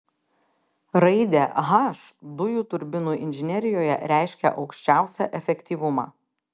raidė h dujų turbinų inžinerijoje reiškia aukščiausią efektyvumą